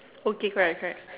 okay correct correct